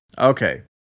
okay